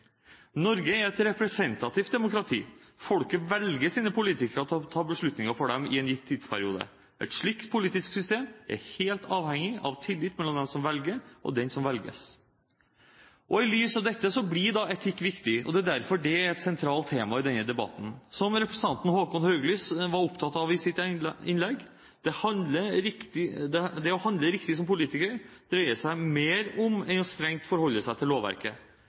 Norge er et representativt demokrati. Folket velger sine politikere til å ta beslutninger for dem i en gitt tidsperiode. Et slikt politisk system er helt avhengig av tillit mellom den som velger, og den som velges. I lys av dette blir etikk viktig, og det er derfor det er et sentralt tema i denne debatten. Som representanten Håkon Haugli var opptatt av i sitt innlegg: Det å handle riktig som politiker dreier seg om mer enn å forholde seg strengt til lovverket.